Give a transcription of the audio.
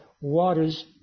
waters